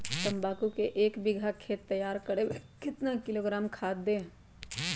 तम्बाकू के एक बीघा खेत तैयार करें मे कितना किलोग्राम खाद दे?